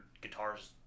guitars